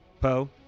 Poe